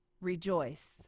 Rejoice